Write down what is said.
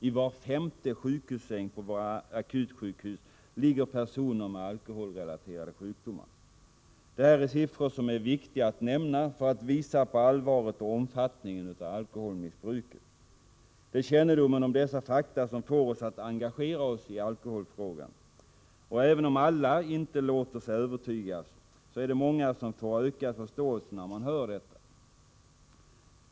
I var femte sjukhussäng på våra akutsjukhus ligger personer med Det här är siffror som är viktiga att nämna för att visa på allvaret och omfattningen av alkoholmissbruket. Det är kännedomen om dessa fakta som får oss att engagera oss i alkoholfrågan. Och även om alla inte låter sig övertygas är det många som får ökad förståelse när de hör detta.